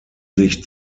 sich